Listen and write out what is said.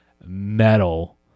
metal